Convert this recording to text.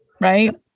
right